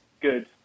good